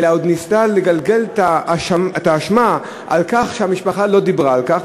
אלא היא עוד ניסתה לגלגל את האשמה על כך שהמשפחה לא דיברה על כך.